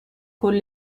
con